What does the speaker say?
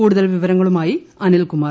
കൂടുതൽ വിവരങ്ങളുമായി അനിൽകുമാർ